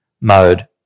mode